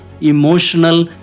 emotional